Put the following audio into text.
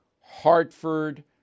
Hartford